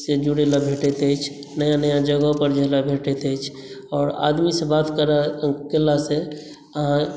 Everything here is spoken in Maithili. से जुड़े लेल भेटैत अछि नया नया जगह पर जाय लेल भेटैत अछि आओर आदमीसँ बात केयलासँ